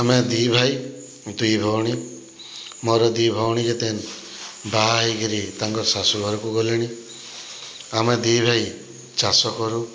ଆମେ ଦୁଇ ଭାଇ ଦୁଇ ଭଉଣୀ ମୋର ଦୁଇଭଉଣୀ ଯେତେ ବାହା ହେଇକିରି ତାଙ୍କର୍ ଶାଶୁଘରକୁ ଗଲେଣି ଆମେ ଦୁଇଭାଇ ଚାଷ କରୁ